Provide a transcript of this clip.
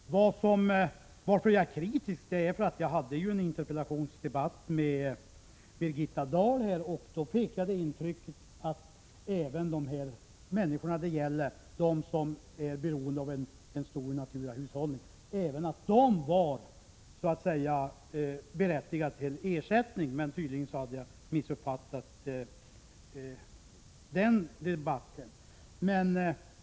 Orsaken till att jag är kritisk är att jag hade en interpellationsdebatt med Birgitta Dahl och då fick det intrycket att även dessa människor som är beroende av en stor naturahushållning skulle vara berättigade till ersättning. Tydligen hade jag missuppfattat den debatten.